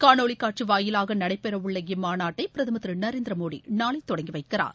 காணொலி காட்சி வாயிலாக நடைபெற உள்ள இம்மாநாட்டை பிரதம் திரு நரேந்திர மோடி தொடங்கி வைக்கிறார்